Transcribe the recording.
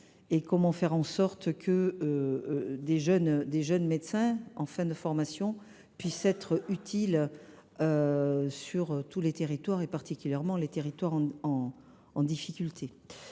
et comment faire en sorte que de jeunes médecins en fin de formation puissent être utiles dans tous les territoires, particulièrement ceux qui sont en difficulté